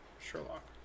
sherlock